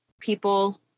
people